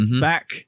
back